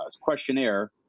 questionnaire